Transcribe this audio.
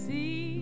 See